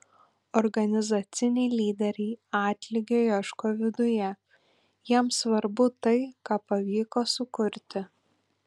organizaciniai lyderiai atlygio ieško viduje jiems svarbu tai ką pavyko sukurti